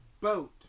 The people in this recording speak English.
boat